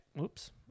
Oops